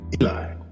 Eli